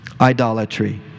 idolatry